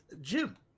Jim